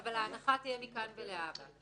אבל ההנחה תהיה מכאן ולהבא.